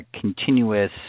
continuous